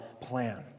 plan